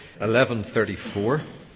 1134